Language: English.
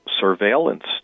surveillance